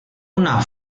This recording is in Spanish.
una